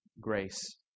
grace